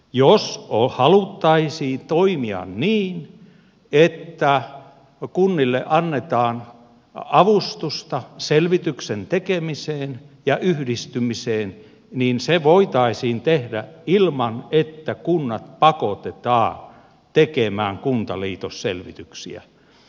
jos haluttaisiin toimia niin että kunnille annetaan avustusta selvityksen tekemiseen ja yhdistymiseen niin se voitaisiin tehdä ilman että kunnat pakotetaan tekemään kuntaliitosselvityksiä